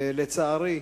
לצערי,